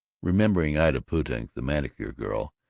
remembering ida putiak, the manicure girl,